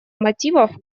мотивов